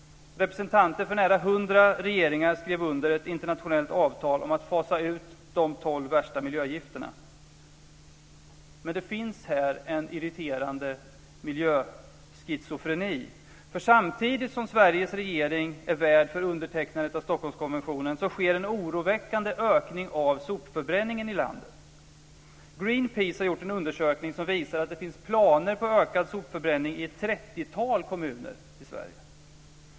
Representanter för nära 100 regeringar skrev under ett internationellt avtal om att fasa ut de tolv värsta miljögifterna. Men det finns här en irriterande miljöschizofreni, för samtidigt som Sveriges regering är värd för undertecknandet av Stockholmskonventionen sker en oroväckande ökning av sopförbränningen i landet. Greenpeace har gjort en undersökning som visar att det finns planer på ökad sopförbränning i ett 30-tal kommuner i Sverige.